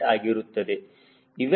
8 ಆಗಿರುತ್ತದೆ